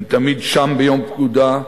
הם תמיד שם ביום פקודה,